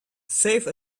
save